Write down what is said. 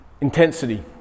intensity